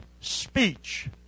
speech